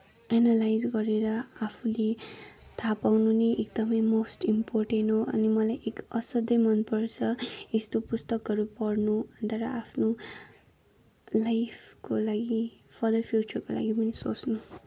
analyse गरेर आफूले थाहा पाउनु नै एकदमै मोस्ट इम्पोर्टेन्ट हो अनि मलाई एक असाध्यै मनपर्छ यस्तो पुस्तकहरू पढ्नु अनि त्यहाँबाट आफ्नो लाइफको लागि फर्दर फ्युचरको लागि पनि सोच्नु